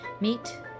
Meet